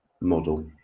model